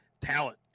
talent